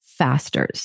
fasters